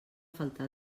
faltar